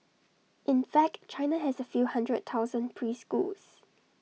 in fact China has A few hundred thousand preschools